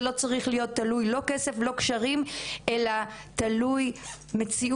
זה לא צריך להיות תלוי לא כסף ולא קשרים אלא תלוי מציאות,